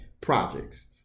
Projects